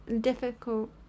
difficult